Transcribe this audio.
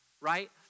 right